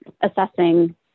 assessing